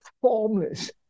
formless